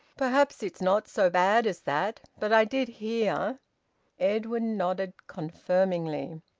perhaps it's not so bad as that. but i did hear edwin nodded confirmingly.